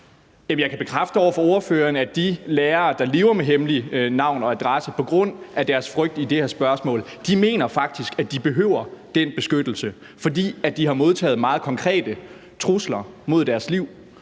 Jeg kan bekræfte over for ordføreren, at de lærere, der har hemmelig adresse og navn på grund af deres frygt i relation til det her spørgsmål, faktisk mener, at de behøver den beskyttelse, fordi de har modtaget meget konkrete trusler mod deres liv.